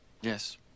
Yes